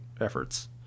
efforts